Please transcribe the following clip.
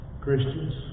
Christians